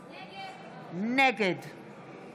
נגד מאיר פרוש,